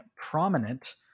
prominent